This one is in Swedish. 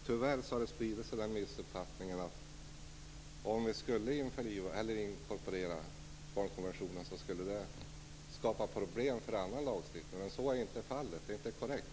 Tyvärr har missuppfattningen spritt sig att om vi skulle inkorporera barnkonventionen skulle det skapa problem för annan lagstiftning. Men så är inte fallet. Det är inte korrekt.